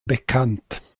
bekannt